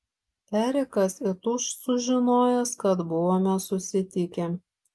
erikas įtūš sužinojęs kad buvome susitikę